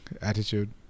attitude